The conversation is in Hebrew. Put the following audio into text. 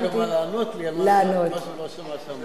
וידע גם מה לענות לי על מה שהוא לא שמע שאמרתי.